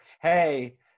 Hey